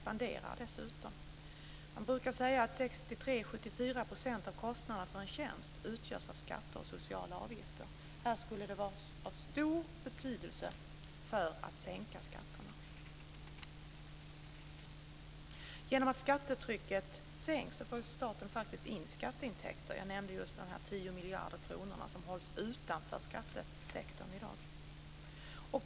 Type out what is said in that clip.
Man brukar säga att 63-74 % av kostnaderna för en tjänst utgörs av skatter och sociala avgifter. Här skulle det vara av stor betydelse att sänka skatterna. Genom att skattetrycket sänks får staten in skatteintäkter - jag talade nyss om de 10 miljarder kronorna som hålls utanför skattesektorn.